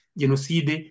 genocide